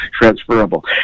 transferable